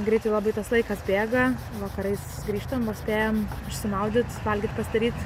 greitai labai tas laikas bėga vakarais grįžtam vos spėjam išsimaudyt valgyt pasidaryt